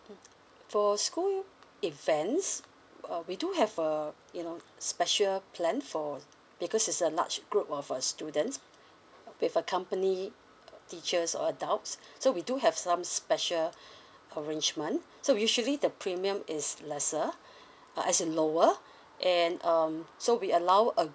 so school events uh we do have a you know special plan for because it's a large group of uh students with a company teachers or adults so we do have some special arrangement so usually the premium is lesser uh as in lower and um so we allow a